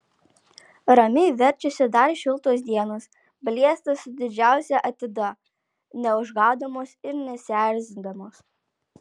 ramiai verčiasi dar šiltos dienos blėsta su didžiausia atida neužgaudamos ir nesierzindamos